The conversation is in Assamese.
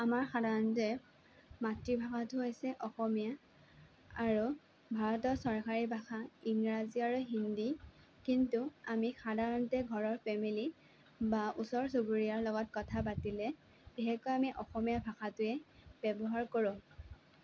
আমাৰ সাধাৰণতে মাতৃভাষাটো হৈছে অসমীয়া আৰু ভাৰতৰ চৰকাৰী ভাষা ইংৰাজী আৰু হিন্দী কিন্তু আমি সাধাৰণতে ঘৰৰ ফেমিলি বা ওচৰ চুবুৰীয়াৰ লগত কথা পাতিলে বিশেষকৈ আমি অসমীয়া ভাষাটোৱে ব্যৱহাৰ কৰোঁ